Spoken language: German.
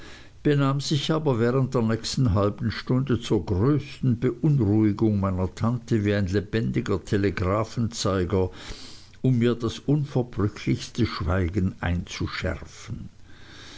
benahm sich aber während der nächsten halben stunde zur größten beunruhigung meiner tante wie ein lebendiger telegraphenzeiger um mir das unverbrüchlichste schweigen einzuschärfen